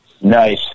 Nice